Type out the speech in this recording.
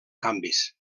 canvis